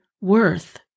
worth